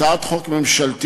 הצעת חוק ממשלתית